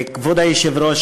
כבוד היושב-ראש,